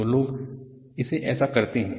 तो लोग इसे ऐसे करते हैं